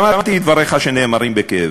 שמעתי את דבריך, שנאמרים בכאב.